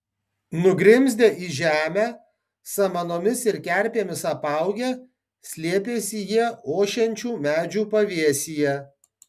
nugrimzdę į žemę samanomis ir kerpėmis apaugę slėpėsi jie ošiančių medžių pavėsyje